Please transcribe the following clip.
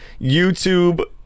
YouTube